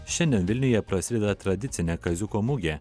šiandien vilniuje prasideda tradicinė kaziuko mugę